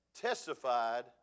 testified